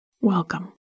Welcome